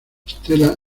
stella